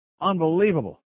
Unbelievable